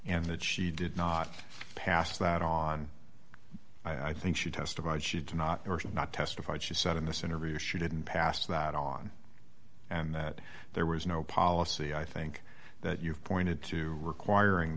and that she did not pass that on i think she testified she did not or should not testified she said in this interview she didn't pass that on and that there was no policy i think that you've pointed to requiring